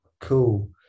cool